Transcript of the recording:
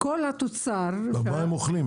מה הם אוכלים?